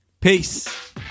Peace